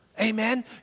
Amen